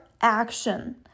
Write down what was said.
action